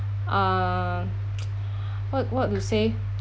ah what what to say